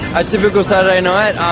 a typical saturday night?